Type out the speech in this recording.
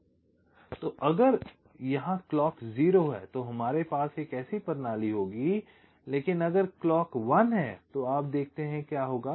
तो यहाँ अगर क्लॉक 0 है तो हमारे पास एक ऐसी प्रणाली होगी लेकिन अगर क्लॉक 1 है तो आप देखते हैं कि क्या होगा